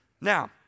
Now